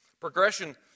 Progression